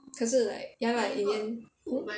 可是 like ya lah in the end hmm